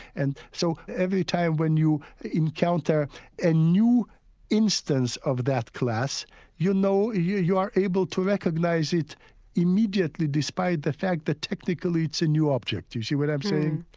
and so every time when you encounter a and new instance of that class you know, ah you you are able to recognise it immediately despite the fact that technically it's a new object. you see what i'm saying?